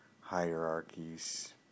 hierarchies